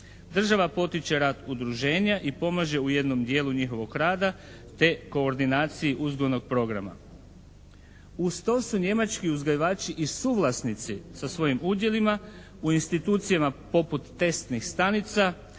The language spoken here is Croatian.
Država potiče rad udruženja i pomaže u jednom dijelu njihovog rada te koordinaciji uzgojnog programa. Uz to su njemački uzgajivači i suvlasnici sa svojim udjelima u institucijama poput testnih stanica,